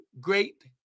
great